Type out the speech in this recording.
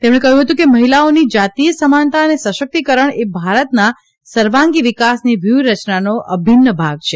તેમણે કહ્યું હતું કે મહિલાઓની જાતિય સમાનતા અને સશક્તિકરણ એ ભારતના સર્વાંગી વિકાસની વ્યૂહરચનાનો અભિન્ન ભાગ છે